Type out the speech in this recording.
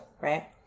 right